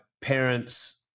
parents